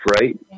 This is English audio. right